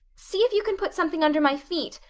see if you can put something under my feet.